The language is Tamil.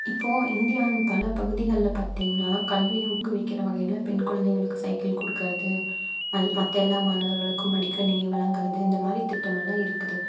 இப்போது இந்தியாவின் பல பகுதிகள்ல பார்த்திங்கன்னா கல்வியை ஊக்குவிக்கிற வகையில் பெண் குழந்தைங்களுக்கு சைக்கிள் கொடுக்கறது அது மற்ற எல்லா மாணவர்களுக்கும் மடிக்கணினி வழங்கிறது இந்த மாதிரி திட்டமெல்லாம் இருக்குது